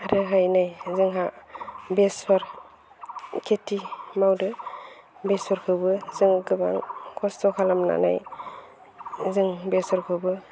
आरोहाय नै जोंहा बेसर खिथि मावदो बेसरखौबो जों गोबां खस्थ' खालामनानै जों बेसरखौबो